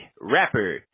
rapper